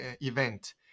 event